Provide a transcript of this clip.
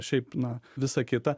šiaip na visa kita